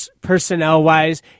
personnel-wise